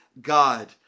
God